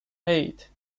eight